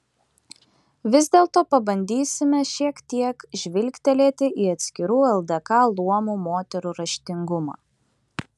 vis dėlto pabandysime šiek tiek žvilgtelėti į atskirų ldk luomų moterų raštingumą